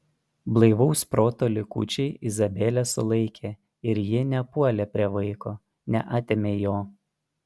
blaivaus proto likučiai izabelę sulaikė ir ji nepuolė prie vaiko neatėmė jo